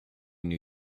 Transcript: new